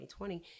2020